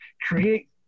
create